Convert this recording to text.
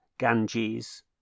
Ganges